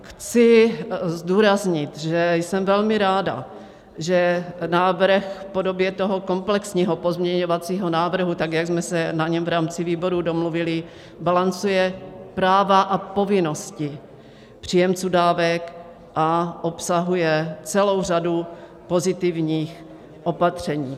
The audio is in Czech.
Chci zdůraznit, že jsem velmi ráda, že návrh v podobě toho komplexního pozměňovacího návrhu tak, jak jsme se na něm v rámci výboru domluvili, balancuje práva a povinnosti příjemců dávek a obsahuje celou řadu pozitivních opatření.